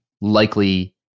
likely